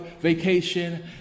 vacation